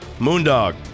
Moondog